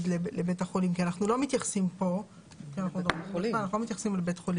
לבית החולים כי כאן אנחנו לא מתייחסים לבית חולים.